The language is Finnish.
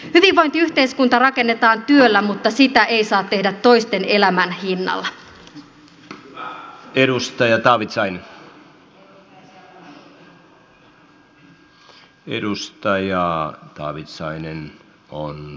hyvinvointiyhteiskunta rakennetaan työllä mutta sitä ei saa tehdä toisten elämän hinnalla